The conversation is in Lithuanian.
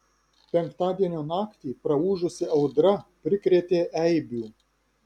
penktadienio naktį praūžusi audra prikrėtė eibių